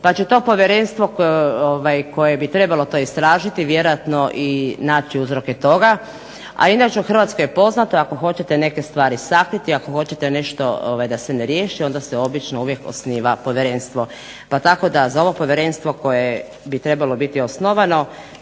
pa će to povjerenstvo koje bi trebalo to istražiti vjerojatno i naći uzroke toga, a inače u Hrvatskoj je poznato ako hoćete stvari sakriti, ako hoćete nešto da se ne riješi, onda se obično uvijek osniva povjerenstvo. Pa tako da za ovo povjerenstvo koje bi trebalo biti osnovano